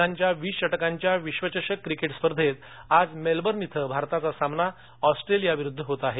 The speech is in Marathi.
महिलांच्या वीस षटकांच्या विश्वचषक क्रिकेट स्पर्धेत आज मेलबर्न इथं भारताचा सामना ऑस्ट्रेलियाविरुद्ध होत आहे